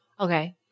Okay